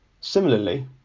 Similarly